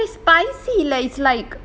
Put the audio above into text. paani poori spicy li~ it's like